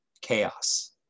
chaos